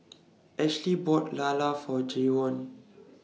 Ashlee bought Lala For Jayvon